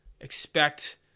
expect